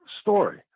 story